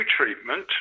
treatment